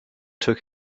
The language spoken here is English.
took